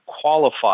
qualify